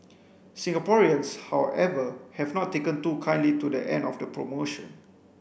Singaporeans however have not taken too kindly to the end of the promotion